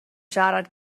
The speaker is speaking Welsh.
siarad